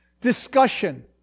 discussion